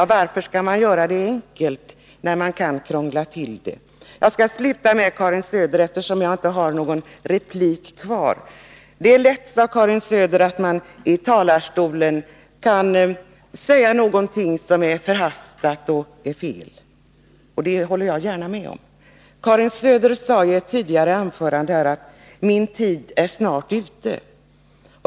Och varför skall man göra det enkelt när man kan krångla till det? Jag skall, Karin Söder, sluta med att säga följande, eftersom jag inte har någon replik kvar. Det är lätt, sade Karin Söder, att man i en talarstol säger någonting som är förhastat och fel. Det håller jag gärna med om. Karin Söder sade i ett tidigare ånförande: Min tid är snart ute.